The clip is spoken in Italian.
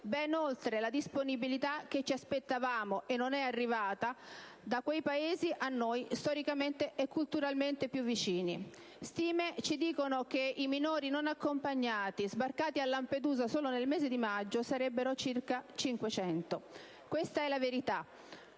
ben oltre la disponibilità che ci aspettavamo, e non è arrivata, da quei Paesi a noi storicamente e culturalmente più vicini. Delle stime ci dicono che i minori non accompagnati, sbarcati a Lampedusa solo nel mese di maggio, sarebbero circa 500. Questa è la verità,